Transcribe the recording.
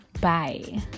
Bye